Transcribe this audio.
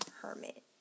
Hermit